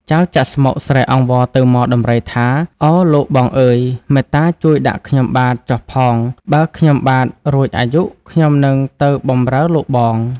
ចៅ ចាក់ស្មុគ ស្រែកអង្វរទៅហ្មដំរីថា “ឱលោកបងអើយ មេត្តាជួយដាក់ខ្ញុំបាទ ចុះផង បើខ្ញុំបានរួចអាយុ ខ្ញុំនឹងទៅបំរើលោកបង”។